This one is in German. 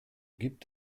gibt